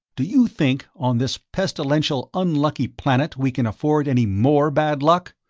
do you think, on this pestilential unlucky planet, we can afford any more bad luck?